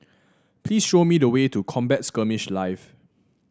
please show me the way to Combat Skirmish Live